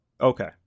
Okay